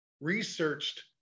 researched